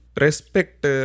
Respect